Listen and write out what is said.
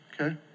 Okay